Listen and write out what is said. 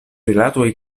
rilatoj